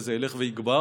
וזה ילך ויגבר.